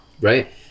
right